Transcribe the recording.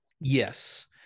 Yes